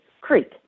Creek